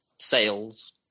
sales